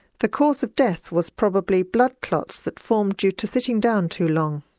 the cause of death was probably blood clots that formed due to sitting down too long.